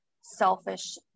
selfish